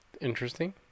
Interesting